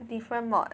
different mod